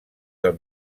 del